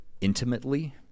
intimately